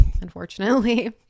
Unfortunately